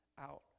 out